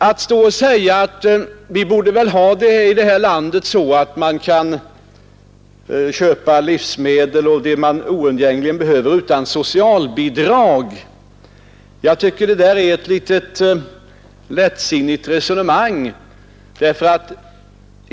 att hålla nere konsumentpriserna på livsmedel att hålla nere konsumentpriserna på livsmedel Att här stå och säga att vi i detta land borde kunna ha det så att man utan socialbidrag skall kunna köpa livsmedel och annat man oundgängligen behöver, är enligt min mening ett lättsinnigt resonemang.